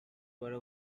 were